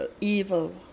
evil